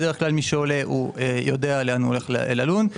בדרך כלל מי שעולה יודע היכן הולך ללון.